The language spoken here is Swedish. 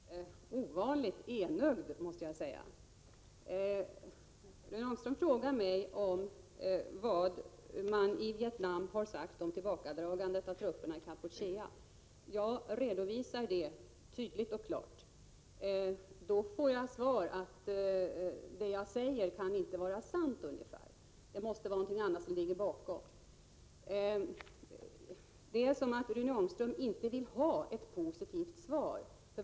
Herr talman! I dag är Rune Ångström ovanligt enögd, måste jag säga. Rune Ångström frågar mig vad man i Vietnam har sagt om tillbakadragandet av trupperna i Kampuchea. Jag redovisar det tydligt och klart. Då får jag till svar, ungefär, att vad jag säger inte kan vara sant, att det måste vara någonting annat som ligger bakom. Det låter som om Rune Ångström inte vill ha ett positivt svar.